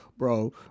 Bro